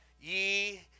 ye